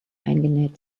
eingenäht